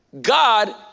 God